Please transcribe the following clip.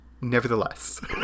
Nevertheless